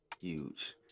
huge